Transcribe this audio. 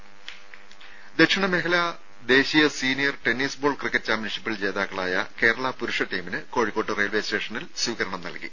രംഭ ദക്ഷിണ മേഖലാ ദേശീയ സീനിയർ ടെന്നിസ് ബോൾ ക്രിക്കറ്റ് ചാമ്പ്യൻഷിപ്പിൽ ജേതാക്കളായ കേരള പുരുഷ ടീമിന് കോഴിക്കോട് റെയിൽവേ സ്റ്റേഷനിൽ സ്വീകരണം നൽകി